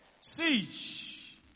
Siege